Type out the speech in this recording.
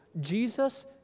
Jesus